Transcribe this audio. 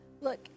look